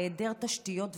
היעדר תשתיות וחינוך,